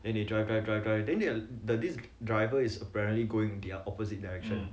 then they drive drive drive drive then the this driver is apparently going the opposite direction